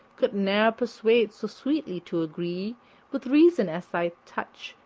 could ne'er persuade so sweetly to agree with reason as thy touch,